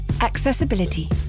accessibility